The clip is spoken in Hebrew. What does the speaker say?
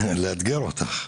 לאתגר אותך.